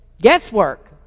guesswork